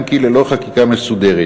אם כי ללא חקיקה מסודרת.